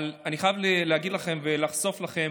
אבל אני חייב להגיד לכם ולחשוף בפניכם,